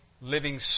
living